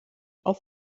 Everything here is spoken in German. auf